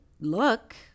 look